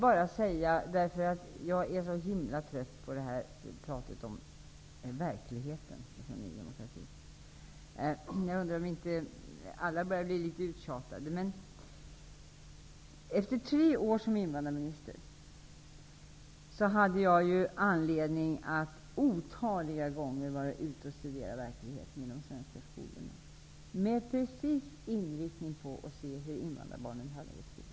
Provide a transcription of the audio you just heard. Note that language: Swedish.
Sedan måste jag säga att jag är så himla trött på pratet från Ny demokrati om verkligheten. Jag undrar om inte alla tycker att det börjar bli ganska uttjatat. Under tre år som invandrarminister hade jag anledning att otaliga gånger vara ute och studera verkligheten i de svenska skolorna, precis med inriktning på att se hur invandrarbarnen hade det i skolan.